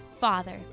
Father